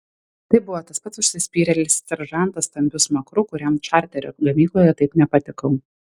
tai buvo tas pats užsispyrėlis seržantas stambiu smakru kuriam čarterio gamykloje taip nepatikau